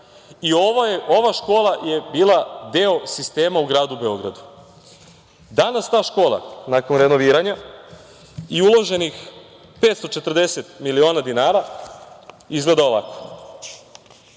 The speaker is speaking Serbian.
i ova škola je bila deo sistema u gradu Beogradu. Danas ta škola, nakon renoviranja i uloženih miliona dinara, izgleda ovako. To